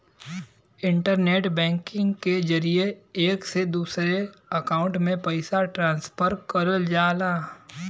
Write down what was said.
internet banking के जरिये एक से दूसरे अकांउट में पइसा ट्रांसफर करल जाला